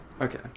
Okay